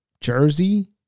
Jersey